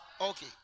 Okay